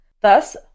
Thus